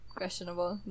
questionable